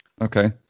Okay